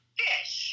fish